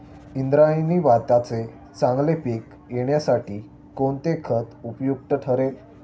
इंद्रायणी भाताचे चांगले पीक येण्यासाठी कोणते खत उपयुक्त ठरेल?